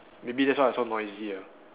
maybe that's why I so noisy ah